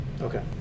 Okay